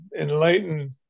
enlightened